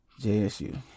JSU